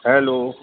hello